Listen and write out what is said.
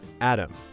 Adam